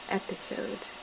episode